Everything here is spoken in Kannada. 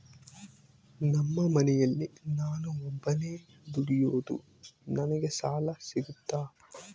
ನಮ್ಮ ಮನೆಯಲ್ಲಿ ನಾನು ಒಬ್ಬನೇ ದುಡಿಯೋದು ನನಗೆ ಸಾಲ ಸಿಗುತ್ತಾ?